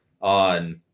on